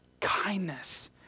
Kindness